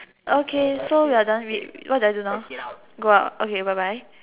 okay so we are done we what do we do now go out okay bye bye